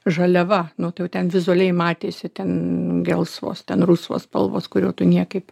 žaliava nu tai jau ten vizualiai matėsi ten gelsvos ten rusvos spalvos kurių tu niekaip